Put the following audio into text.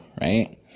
right